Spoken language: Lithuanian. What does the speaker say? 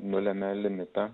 nulemia limitą